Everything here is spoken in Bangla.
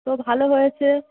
তো ভালো হয়েছে